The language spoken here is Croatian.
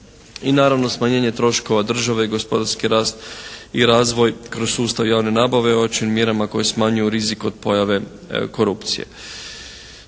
i naravno smanjenje troškova države i gospodarski rast i razvoj kroz sustav javne nabave …/Govornik se ne razumije./… mjerama koje smanjuju rizik od pojave korupcije.